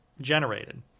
generated